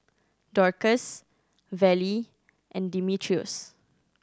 Dorcas Vallie and Dimitrios